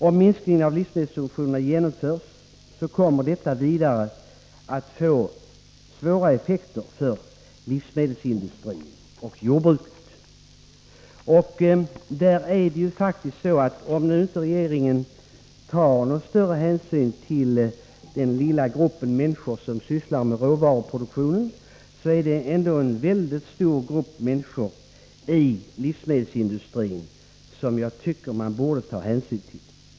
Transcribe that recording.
Om minskningen av livsmedelssubventionerna genomförs kommer detta vidare att få svåra effekter för livsmedelsindustrin och jordbruket. Om nu regeringen inte tar någon större hänsyn till den lilla grupp av människor som sysslar med råvaruproduktionen, är det ändå en mycket stor grupp människor i livsmedelsindustrin som jag tycker regeringen borde ta hänsyn till.